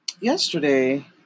yesterday